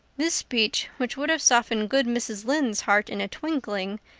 this speech which would have softened good mrs. lynde's heart in a twinkling,